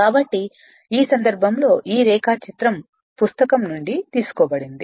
కాబట్టి ఈ సందర్భంలో ఈ రేఖాచిత్రం పుస్తకం నుండి తీసుకోబడింది